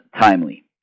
timely